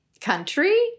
country